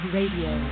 Radio